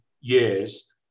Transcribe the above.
years